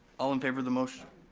all in favor of the motion?